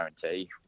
guarantee